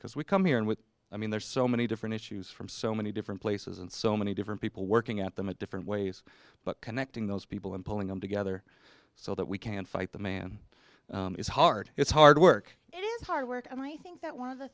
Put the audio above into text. because we come here and with i mean there's so many different issues from so many different places and so many different people working at them at different ways but connecting those people and pulling them together so that we can fight the man is hard it's hard work it is hard work and i think that one of the